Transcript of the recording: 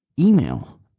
Email